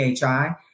PHI